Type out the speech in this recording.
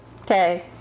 okay